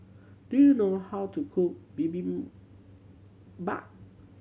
do you know how to cook Bibim bap